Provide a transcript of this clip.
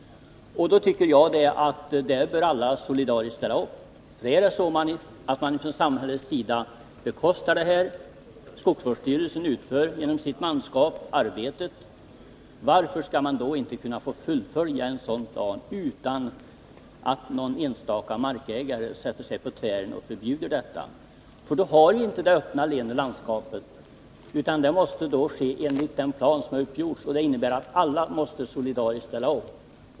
Där tycker jag att alla bör solidariskt ställa upp. Är det så att man från samhällets sida bekostar röjningen och skogsvårdsstyrelsen utför arbetet genom sitt manskap, varför skall man då inte få fullfölja en sådan plan utan att någon enstaka markägare sätter sig på tvären och förbjuder detta? Då har vi inte det öppna leende landskapet. Landskapsvården måste ske enligt den plan som uppgjorts, och det innebär att alla måste solidariskt ställa upp.